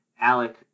Alec